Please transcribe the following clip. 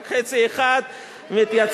רק חצי אחד מתייצב,